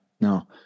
no